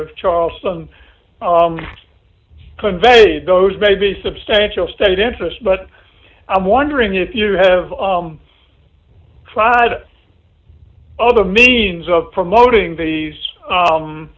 of charlestown conveyed those may be substantial state interest but i'm wondering if you have tried other means of promoting the